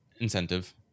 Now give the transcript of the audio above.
incentive